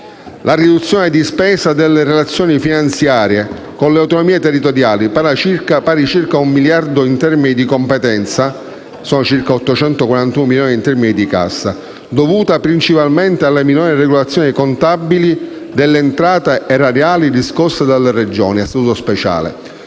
la riduzione di spesa delle Relazioni finanziarie con le autonomie territoriali pari a circa 1 miliardo in termini di competenza (841 milioni in termini di cassa), dovuta principalmente alle minori regolazioni contabili delle entrate erariali riscosse dalle Regioni a Statuto speciale,